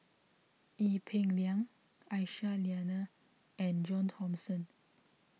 Ee Peng Liang Aisyah Lyana and John Thomson